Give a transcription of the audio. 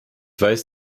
weiß